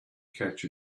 catch